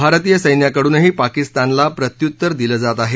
भारतीय सैन्याकडूनही पाकिस्तानला प्रत्युत्तर दिलं जात आहे